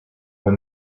when